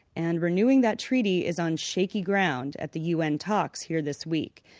and renewing that treaty is on shaky ground at the u n. talks here this week.